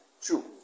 true